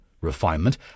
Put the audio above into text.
refinement